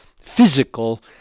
physical